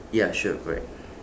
ya sure correct